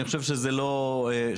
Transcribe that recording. אני חושב שזה לא מתאים,